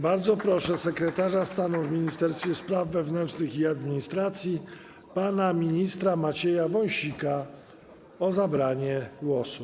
Bardzo proszę sekretarza stanu w Ministerstwie Spraw Wewnętrznych i Administracji pana ministra Macieja Wąsika o zabranie głosu.